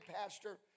Pastor